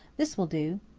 this will do.